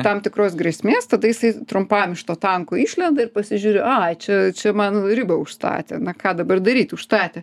tam tikros grėsmės tada jisai trumpam iš to tanko išlenda ir pasižiūri ai čia čia man ribą užstatė na ką dabar daryt užstatė